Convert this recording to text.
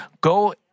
go